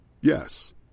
Yes